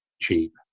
cheap